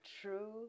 true